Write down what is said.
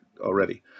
already